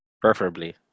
Preferably